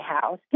house